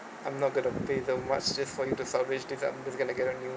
I'm not going to pay that much just for you to salvage this because I'm going to get a new